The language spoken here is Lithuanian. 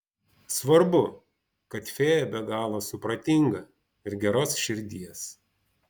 svarbu kad fėja be galo supratinga ir geros širdies